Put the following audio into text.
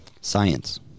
science